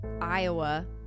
Iowa